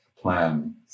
plan